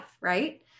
right